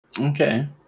Okay